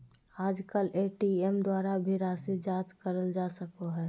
आजकल ए.टी.एम द्वारा भी राशी जाँच करल जा सको हय